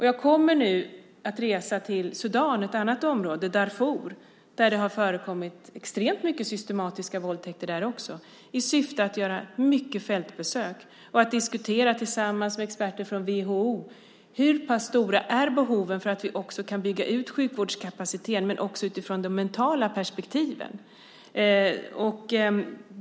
Jag kommer nu att resa till ett annat område, Sudan och Darfur, där det har förekommit extremt mycket systematiska våldtäkter, i syfte att göra många fältbesök och att diskutera tillsammans med experter från WHO hur pass stora behoven är för att vi ska kunna bygga ut sjukvårdskapaciteten men också göra detta utifrån de mentala perspektiven.